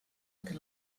que